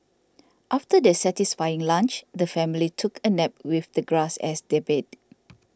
after their satisfying lunch the family took a nap with the grass as their bed